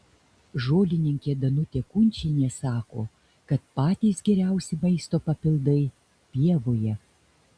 žolininkė danutė kunčienė sako kad patys geriausi maisto papildai pievoje